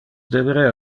deberea